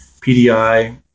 PDI